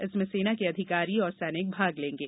इसमें सेना के अधिकारी और सैनिक भाग लेंगे